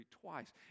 twice